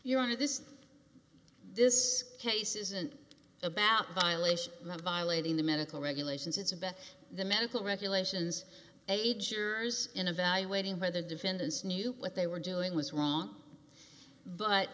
you're on to this this case isn't about violation of violating the medical regulations it's about the medical regulations age yours in evaluating whether defendants knew what they were doing was wrong but